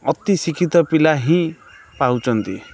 ଅତି ଶିକ୍ଷିତ ପିଲା ହିଁ ପାଉଛନ୍ତି